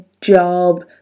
job